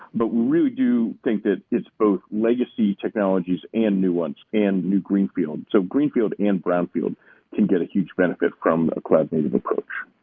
but we really do think that it's both legacy technologies and nuance and new greenfield, so greenfield and brownfield can get a huge benefit from a cloud native approach.